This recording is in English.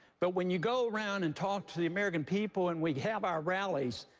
but when you go around and talk to the american people and we have our rallies,